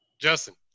Justin